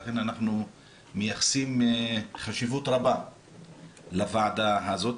לכן אנחנו מייחסים חשיבות רבה לוועדה הזאת,